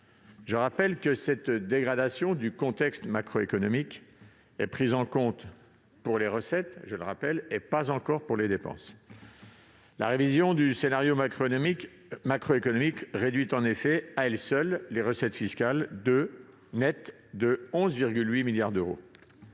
Je rappelle que cette dégradation est prise en compte pour les recettes, et pas encore pour les dépenses. La révision du scénario macroéconomique réduit en effet, à elle seule, les recettes fiscales nettes de 11,8 milliards d'euros.